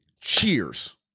Cheers